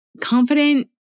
confident